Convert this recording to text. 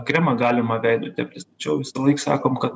kremą galima veido teptis tačiau visąlaik sakom kad